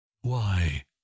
Why